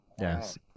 Yes